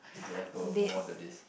ya let's go move on to this